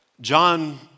John